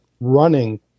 running